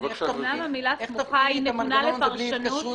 נתונה לפרשנות